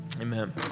Amen